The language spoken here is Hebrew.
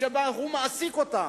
שמעסיק אותם.